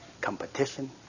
competition